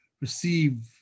receive